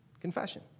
Confession